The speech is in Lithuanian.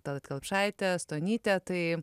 tallat kelpšaitę stonytę tai